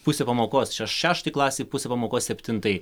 pusė pamokos še šeštai klasei pusė pamokos septintai